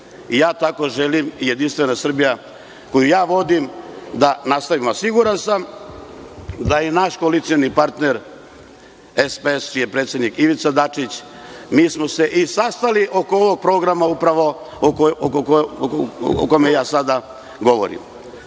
Ja tako želim i JS koju ja vodim da nastavimo, a siguran sam da i naš koalicioni partner, SPS, čiji je predsednik Ivica Dačić, mi smo se i sastali oko ovog programa upravo, o kome ja sada govorim. Tako